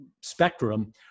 spectrum